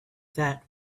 that